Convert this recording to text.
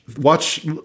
watch